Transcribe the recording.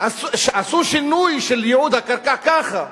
עשו שינוי של ייעוד הקרקע ככה,